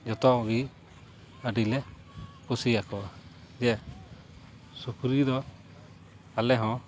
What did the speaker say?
ᱡᱚᱛᱚᱜᱮ ᱟᱹᱰᱤᱞᱮ ᱠᱩᱥᱤᱭᱟᱠᱚᱣᱟ ᱡᱮ ᱥᱩᱠᱨᱤ ᱫᱚ ᱟᱞᱮ ᱦᱚᱸ